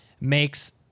makes